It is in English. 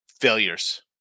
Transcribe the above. failures